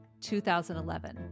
2011